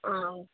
ஆ